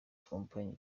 kompanyi